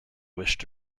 wished